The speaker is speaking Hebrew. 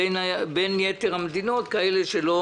כשבין יתר המדינות כאלה שלא